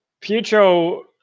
pietro